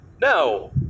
No